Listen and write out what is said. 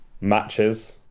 matches